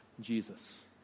Jesus